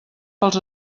pels